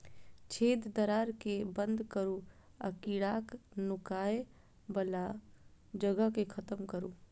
छेद, दरार कें बंद करू आ कीड़ाक नुकाय बला जगह कें खत्म करू